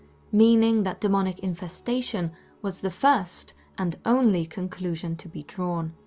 meaning that demonic infestation was the first, and only, conclusion to be drawn.